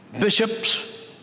bishops